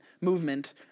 movement